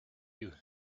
you